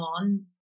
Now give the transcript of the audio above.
on